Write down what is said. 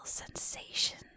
sensation